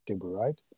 Right